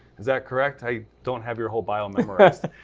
is that correct? i don't have your whole bio memorized.